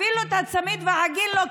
אפילו את הצמיד והעגיל לא קיבלו.